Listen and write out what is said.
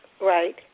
Right